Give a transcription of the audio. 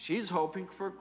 she's hoping for